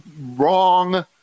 Wrong